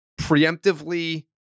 preemptively